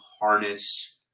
harness